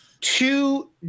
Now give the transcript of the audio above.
Two